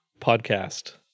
podcast